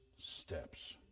steps